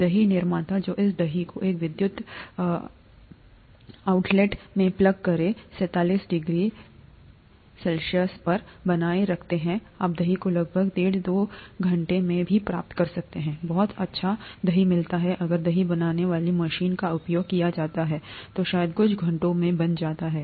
दही निर्माता जो इस दही को एक विद्युत आउटलेट में प्लग करके 37 डिग्री C पर बनाए रखते हैं आप दही को लगभग डेढ़ घंटे दो घंटे में भी प्राप्त कर सकते हैंबहुत अच्छा दही मिलता है अगर दही बनाने वाली मशीन का उपयोग किया जाता है तो शायद कुछ घंटों में बन जाता है